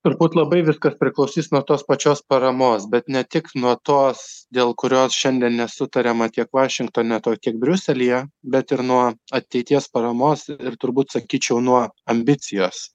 turbūt labai viskas priklausys nuo tos pačios paramos bet ne tik nuo tos dėl kurios šiandien nesutariama tiek vašingtone tiek briuselyje bet ir nuo ateities paramos ir turbūt sakyčiau nuo ambicijos